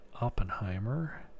Oppenheimer